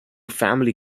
family